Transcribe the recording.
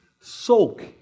soak